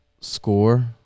score